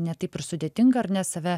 ne taip ir sudėtinga ar ne save